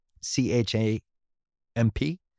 C-H-A-M-P